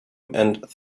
and